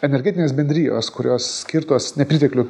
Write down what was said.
energetinės bendrijos kurios skirtos nepriteklių